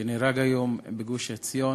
שנהרג היום בגוש-עציון,